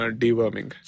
deworming